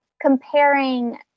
comparing